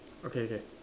okay okay